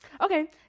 Okay